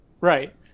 Right